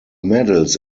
medals